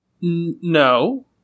No